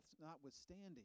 notwithstanding